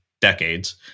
decades